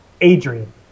Adrian